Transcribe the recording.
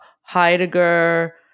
Heidegger